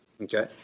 okay